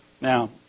Now